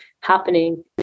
happening